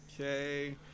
Okay